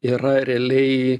yra realiai